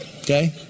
Okay